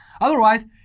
Otherwise